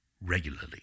regularly